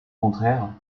contraire